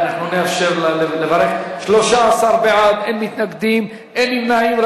13 בעד, אין מתנגדים, אין נמנעים.